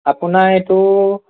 আপোনাৰ এইটো